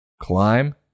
Climb